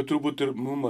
turbūt ir mum